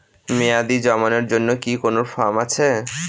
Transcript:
মেয়াদী জমানোর জন্য কি কোন ফর্ম আছে?